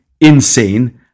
insane